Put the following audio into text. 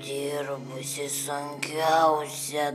dirbusi sunkiausią